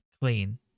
clean